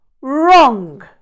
wrong